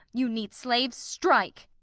you neat slave! strike!